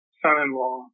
son-in-law